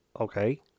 okay